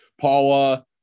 Paula